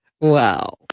Wow